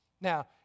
Now